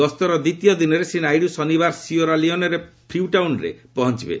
ଗସ୍ତରେ ଦ୍ୱିତୀୟ ଦିନରେ ଶ୍ରୀ ନାଇଡ଼ୁ ଶନିବାର ସିଏରା ଲିଓରେ ଫ୍ରିଟାଉନରେ ପହଞ୍ଚବେ